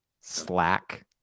Slack